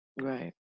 Right